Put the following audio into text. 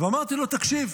ואמרתי לו: תקשיב,